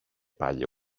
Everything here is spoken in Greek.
πάλι